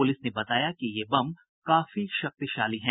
police ने बताया कि ये बम काफी शक्तिशाली है